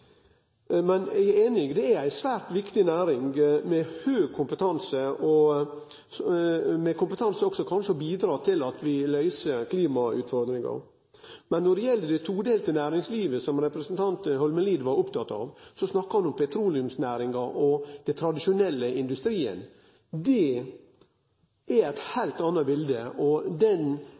Men eg er einig: Det er ei svært viktig næring, med høg kompetanse, med kompetanse som kanskje også kan bidra til å løyse klimautfordringa. Men når det gjeld det todelte næringslivet som representanten Holmelid var oppteken av, snakka han om petroleumsnæringa og den tradisjonelle industrien. Det er eit heilt anna bilete, og det er den